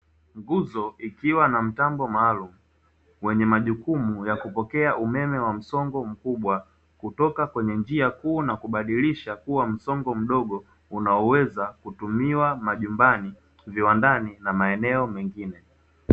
Nguzo ikiwa na mtambo maalumu wenye majukumu ya kupokea umeme wa msongo mkubwa kutoka njia kuu na kubadilisha kuwa msongo mdogo unaoweza kutumiwa nyumbani, viwandani na maeneo mengine.